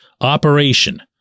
operation